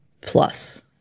plus